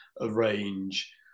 arrange